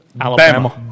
Alabama